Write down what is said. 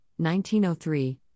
1903